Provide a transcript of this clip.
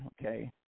okay